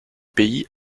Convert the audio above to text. pays